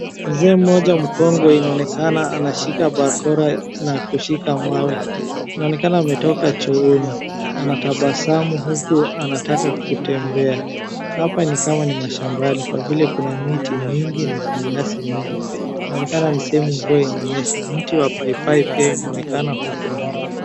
Mzee mmoja mkongwe inaonekana anashika bakora na kushika mawe. inaonekana ametoka chooni. Anatabasamu huku anataka kutembea. Hapa ni kama ni mashambani kwa vile kuna miti mingi na kuna nyasi nyingi. Inaonekana ni sehemu mvua inanyesha. Mti wa paipai pia inaonekana huko nyuma.